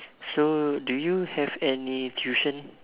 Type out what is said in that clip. so do you have any tuition